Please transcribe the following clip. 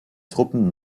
truppen